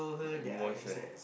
emotion